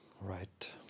Right